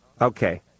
Okay